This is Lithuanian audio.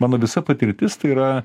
mano visa patirtis tai yra